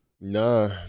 Nah